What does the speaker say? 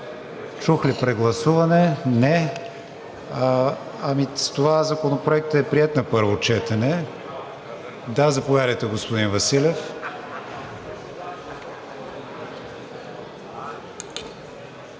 Чух ли „прегласуване“? Не. С това Законопроектът е приет на първо четене. Заповядайте, господин Василев.